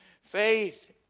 Faith